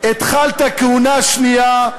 התחלת כהונה שנייה,